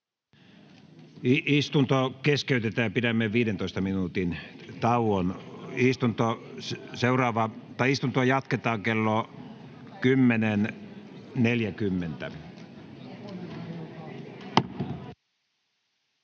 Istunto keskeytetään, ja pidämme 15 minuutin tauon. Istuntoa jatketaan kello 10.40.